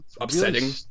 upsetting